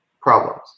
problems